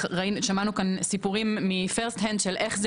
שמענו כאן סיפורים ממקור ראשון של איך זה